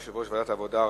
יושב-ראש ועדת העבודה,